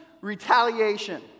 retaliation